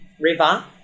River